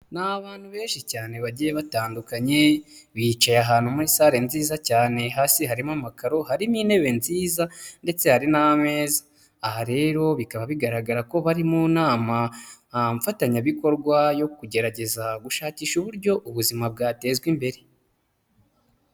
Na bantu benshi cyane bagiye batandukanye bicaye ahantu muri salle nziza cyane hasi harimo amakaro hari n'intebe nziza ndetse hari nameza, aha rero bikaba bigaragara ko bari mu nama mfatanyabikorwa yo kugerageza gushakisha uburyo ubuzima bwatezwa imbere.